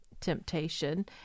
temptation